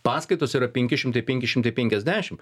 paskaitos yra penki šimtai penki šimtai penkiasdešim